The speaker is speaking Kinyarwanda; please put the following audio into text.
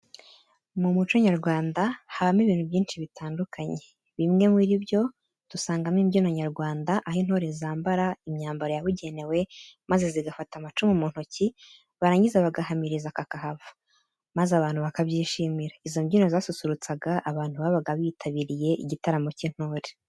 Mu muco nyarwanda habamo ibintu byinshi bitandukanye. Bimwe muri byo dusangamo imbyino nyarwanda, aho intore zambara imyambaro yabugenewe maze zigafata amacumu mu ntoki barangiza bagahamiriza kakahava, maze abantu bakabyishimira. Izi mbyino zasusurutsaga abantu babaga bitabiriye igitaramo cy'intore.